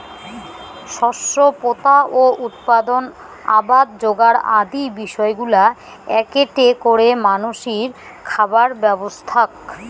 শস্য পোতা ও উৎপাদন, আবাদ যোগার আদি বিষয়গুলা এ্যাকেটে করে মানষির খাবার ব্যবস্থাক